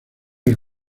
del